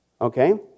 Okay